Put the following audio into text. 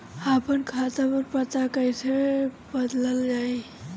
आपन खाता पर पता कईसे बदलल जाई?